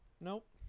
Nope